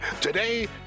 Today